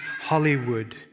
Hollywood